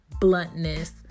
bluntness